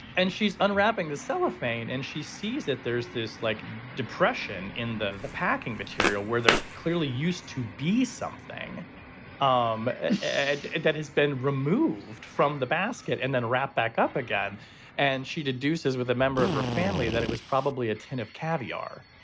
and she's unwrapping the cellophane and she sees that there's this like depression in the the packing material where they're clearly used to be something um that has been removed from the basket and then wrapped back up again and she did deuce's with a member of her family that it was probably a tin of caviar.